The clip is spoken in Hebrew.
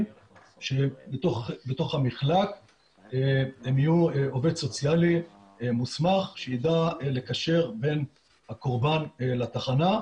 שבתוך המחלק הם יהיו עובד סוציאלי מוסמך שידע לקשר בין בקורבן לתחנה.